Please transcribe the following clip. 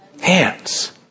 hands